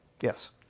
yes